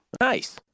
Nice